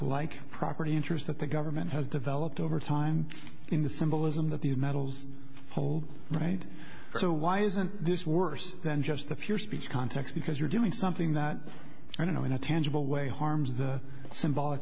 like property interest that the government has developed over time in the symbolism that the united's all right so why isn't this worse than just the pure speech context because you're doing something that i don't know in a tangible way harms the symbolic